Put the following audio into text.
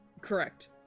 Correct